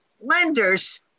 lenders